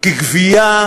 כגווייה